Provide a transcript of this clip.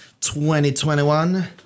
2021